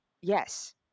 yes